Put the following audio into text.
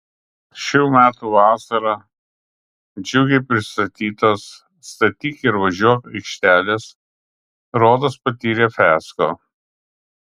šių metų vasarą džiugiai pristatytos statyk ir važiuok aikštelės rodos patyrė fiasko